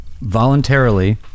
voluntarily